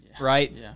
right